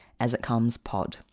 asitcomespod